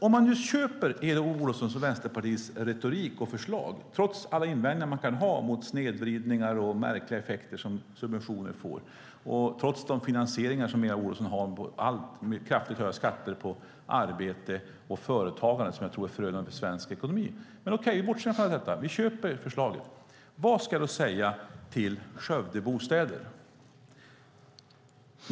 Om man köper Eva Olofssons och Vänsterpartiets retorik och förslag - trots alla invändningar man kan ha mot snedvridningar och märkliga effekter som subventioner får och trots de finansieringar som Eva Olofsson har, med kraftigt höjda skatter på arbete och företagande, som jag tror är förödande för svensk ekonomi - vad ska jag då säga till Skövdebostäder?